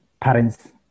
parents